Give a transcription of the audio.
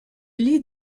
lie